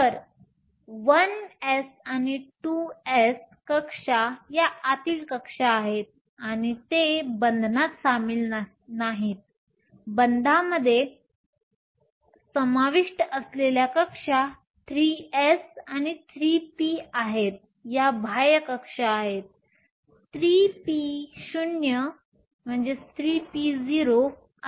तर 1s आणि 2s कक्षा या आतील कक्षा आहेत आणि ते बंधनात सामील नाहीत बंधामध्ये समाविष्ट असलेल्या कक्षा 3s आणि 3p आहेतया बाह्य कक्षा आहेत 3p0 असावेत